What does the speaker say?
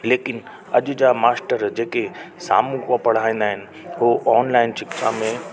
लेकिन अॼु जा मास्टर जेके साम्हूं को पढ़ाईंदा आहिनि उहे ऑनलाइन शिक्षा में